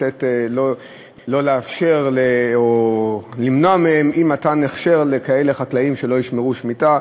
לא לאפשר או למנוע מהם אי-מתן הכשר לחקלאים שלא ישמרו שמיטה.